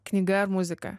knyga ar muzika